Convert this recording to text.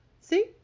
See